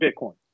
bitcoin